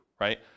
right